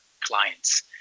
clients